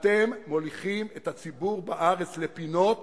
אתם מוליכים את הציבור בארץ לפינות